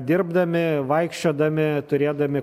dirbdami vaikščiodami turėdami